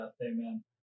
Amen